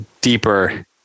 deeper